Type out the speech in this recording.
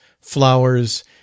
flowers